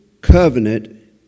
covenant